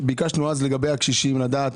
ביקשנו אז לגבי הקשישים לדעת